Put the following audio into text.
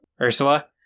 Ursula